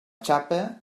xapa